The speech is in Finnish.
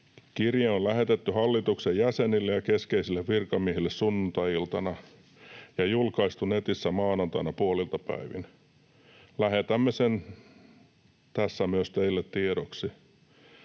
Kirje on lähetetty hallituksen jäsenille ja keskeisille virkamiehille sunnuntai-iltana ja julkaistu netissä maanantaina puolilta päivin. Lähetämme sen tässä myös teille tiedoksi.”